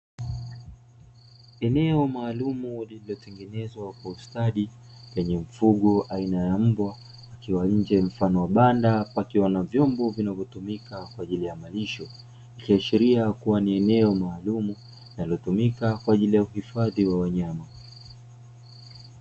Eneo maalumu lililotengenezwa kwa ustadi lenye mfugo aina ya mbwa akiwa nje mfano wa banda pakiwa na vyombo vinavyotumika kwa ajili ya malisho, ikiashiria kuwa ni eneo maalumu linalotumika kwa ajili ya uhifadhi wa wanyama.